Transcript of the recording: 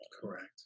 correct